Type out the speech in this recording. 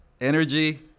energy